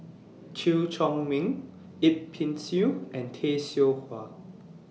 Chew Chor Meng Yip Pin Xiu and Tay Seow Huah